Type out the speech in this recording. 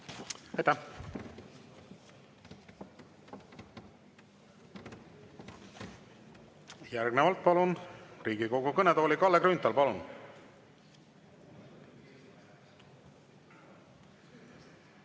Aitäh! Järgnevalt palun Riigikogu kõnetooli Kalle Grünthali. Palun!